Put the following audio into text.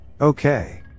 okay